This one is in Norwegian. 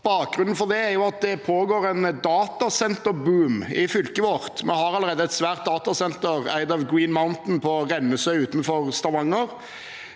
Bakgrunnen for det er at det pågår en datasenterboom i fylket vårt. Vi har allerede et svært datasenter eid av Green Mountain på Rennesøy utenfor Stavanger.